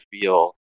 feel